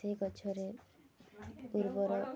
ସେ ଗଛରେ ଉର୍ବର